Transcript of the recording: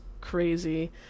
crazy